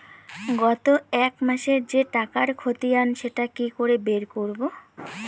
গত এক মাসের যে টাকার খতিয়ান সেটা কি করে বের করব?